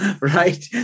right